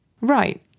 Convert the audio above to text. Right